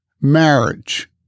marriage—